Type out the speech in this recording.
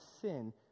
sin